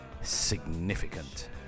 Significant